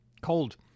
Cold